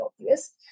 obvious